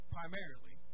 Primarily